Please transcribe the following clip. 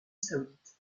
saoudite